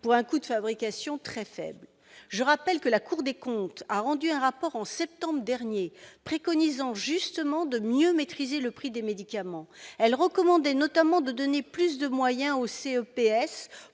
à un coût très faible ! Je rappelle que la Cour des comptes a rendu en septembre dernier un rapport préconisant justement de mieux maîtriser le prix des médicaments. Elle recommandait, notamment, de donner plus de moyens au CEPS